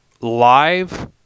live